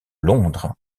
londres